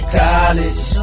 college